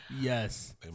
Yes